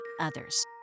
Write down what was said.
others